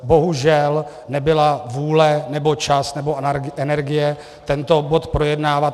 Bohužel nebyla vůle nebo čas nebo energie tento bod projednávat.